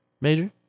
Major